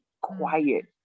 quiet